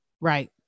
right